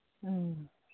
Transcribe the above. ꯎꯝ